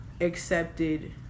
accepted